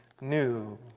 new